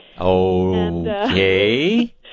okay